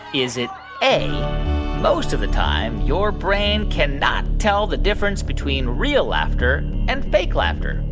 is it a most of the time, your brain can not tell the difference between real laughter and fake laughter?